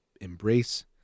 embrace